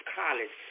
college